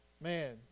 Man